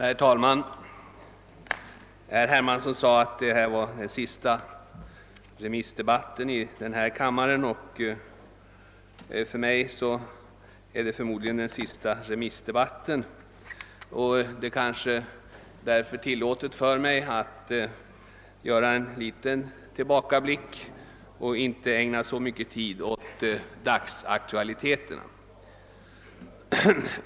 Herr talman! Herr Hermansson sade att detta är den sista remissdebatten i denna kammare. För mig är det förmodligen den sista remissdebatten över huvud taget, och det är kanske därför tillåtet för mig att göra en liten tillbakablick och inte ägna så mycken tid åt dagsaktualiteterna.